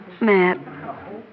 Matt